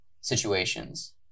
situations